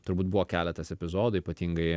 turbūt buvo keletas epizodų ypatingai